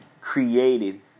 created